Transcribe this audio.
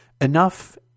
Enough